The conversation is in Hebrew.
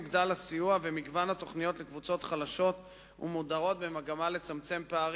הוגדלו הסיוע ומגוון התוכניות לקבוצות חלשות ומודרות במגמה לצמצם פערים,